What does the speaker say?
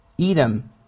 Edom